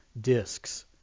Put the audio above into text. discs